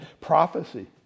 prophecy